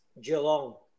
Geelong